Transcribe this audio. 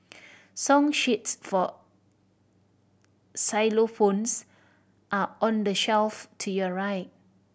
song sheets for xylophones are on the shelf to your right